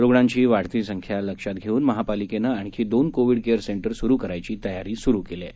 रूग्णांची वाढती संख्या लक्षात घेऊन महापालिकेनं आणखी दोन कोविड केअर सेंटर सुरू करण्याची तयारी सुरू केली आहे